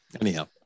anyhow